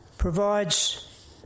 provides